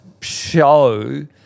show